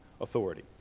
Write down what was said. authority